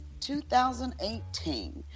2018